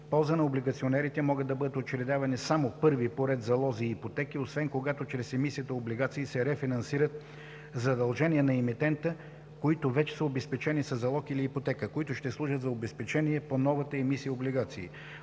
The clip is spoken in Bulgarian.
полза на облигационерите могат да бъдат учредявани само първи по ред залози и ипотеки, освен когато чрез емисията облигации се рефинансират задължения на емитента, които вече са обезпечени със залог или ипотека, които ще служат за обезпечение по новата емисия облигации.